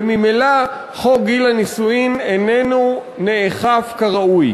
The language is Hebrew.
וממילא חוק גיל הנישואין איננו נאכף כראוי.